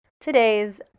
today's